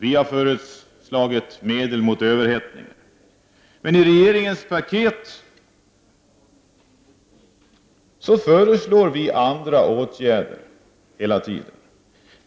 Vi har föreslagit medel mot överhettningen, men i förhållande till regeringens paket föreslår vi ständigt andra åtgärder.